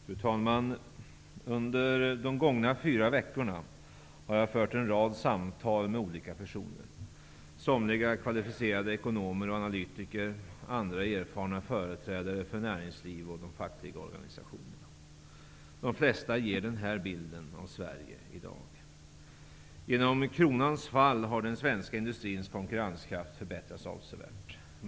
Fru talman! Under de gångna fyra veckorna har jag fört en rad samtal med olika personer. Somliga av dem är kvalificerade ekonomer och analytiker, andra är erfarna företrädare för näringslivet och de fackliga organisationerna. De flesta ger följande bild av Sverige i dag: Genom kronans fall har den svenska industrins konkurrenskraft förbättrats avsevärt.